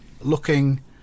looking